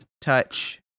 touch